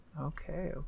Okay